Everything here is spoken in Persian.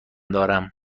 دارم